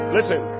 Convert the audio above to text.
Listen